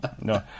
no